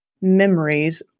memories